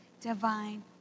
divine